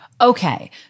Okay